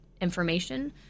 information